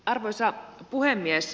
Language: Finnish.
arvoisa puhemies